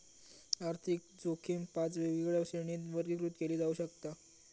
आर्थिक जोखीम पाच वेगवेगळ्या श्रेणींत वर्गीकृत केली जाऊ शकता